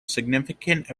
significant